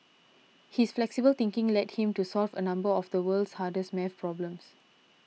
his flexible thinking led him to solve a number of the world's hardest math problems